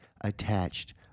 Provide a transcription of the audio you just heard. attached